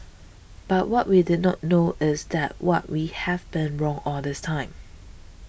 but what we did not know is that what we have been wrong all this time